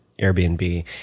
Airbnb